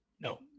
No